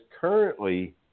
currently